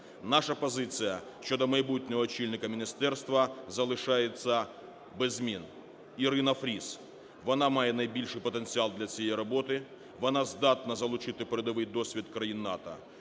Наша позиція щодо майбутнього очільника міністерства залишається без змін – Ірина Фріз. Вона має найбільший потенціал для цієї роботи, вона здатна залучити передовий досвід країн НАТО.